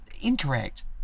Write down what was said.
incorrect